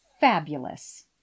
fabulous